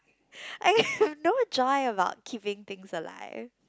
no joy about keeping things alive